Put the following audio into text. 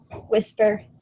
Whisper